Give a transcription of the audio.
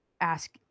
ask